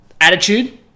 attitude